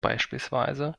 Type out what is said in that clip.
beispielsweise